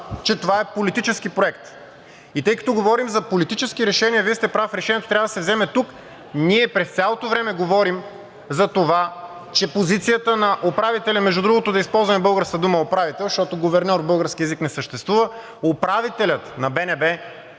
че това е политически проект. И тъй като говорим за политически решения, Вие сте прав, решението трябва да се вземе тук. Ние през цялото време говорим за това, че позицията на управителя – между другото, да използваме българската дума управител, защото гуверньор в българския език не съществува – управителят на БНБ